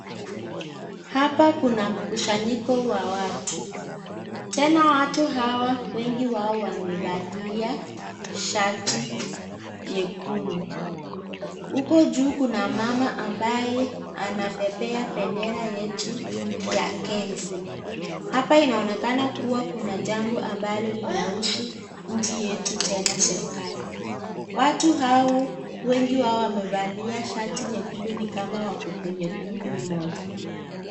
Hapa kuna mkusanyiko wa watu, tena watu hawa wamevalia shati ya rangi nyekundu. Huku juu kuna mama ambaye anaoepea bendera yetu ya Kenya. Hapa kunaonekana kua kuna jambo ambalo linahusu nchi yetu tena serikali, watu hao wengi wao wamevalia shati nyekundu ni kama wako kwenye kundi moja.